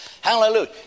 Hallelujah